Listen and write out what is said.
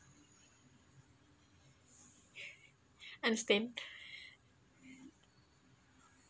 understand